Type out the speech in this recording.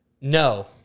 No